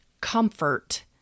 comfort